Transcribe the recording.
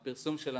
הפרסום של הנוהל.